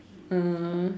uh